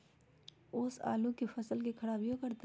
ओस आलू के फसल के खराबियों करतै?